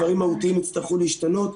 דברים מהותיים יצטרכו להשתנות.